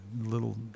little